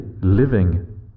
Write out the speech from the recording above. living